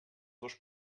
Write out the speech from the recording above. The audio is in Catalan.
dos